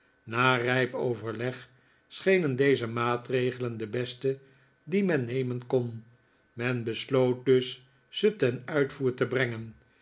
na rijp overleg schenen deze maatregelen de beste die men neme'n kon men besloot dus ze ten uitvoer te brengen